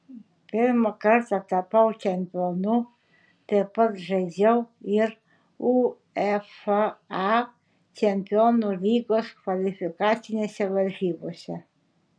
pirmą kartą tapau čempionu taip pat žaidžiau ir uefa čempionų lygos kvalifikacinėse varžybose